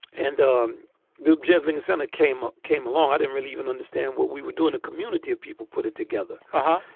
and um doob jizzing senate came, came along. didn't and really even understand what we were doing. a community of people put it together. uh-huh.